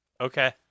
Okay